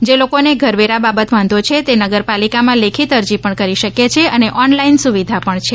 જે લોકોને ઘરવેરા બાબત વાંધો છે તે નગર પાલિકામાં લેખિત અરજી પણ કરી શકેછે અને ઓનલાઇન પણ સુવિધા છે